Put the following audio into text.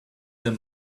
them